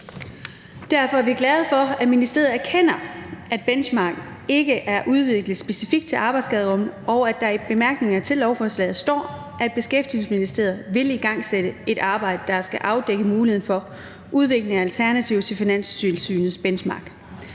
Derfor er vi glade for, at ministeriet erkender, at Finanstilsynets Benchmark ikke er udviklet specifikt til arbejdsskader, og at der i bemærkningerne til lovforslaget står, at Beskæftigelsesministeriet vil »igangsætte et arbejde, der skal afdække muligheden for udvikling af alternativer til Finanstilsynets Benchmark.«